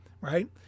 right